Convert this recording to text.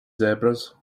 zebras